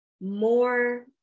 more